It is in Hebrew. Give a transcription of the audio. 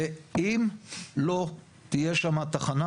ואם לא תהיה שמה תחנה,